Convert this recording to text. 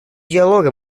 диалога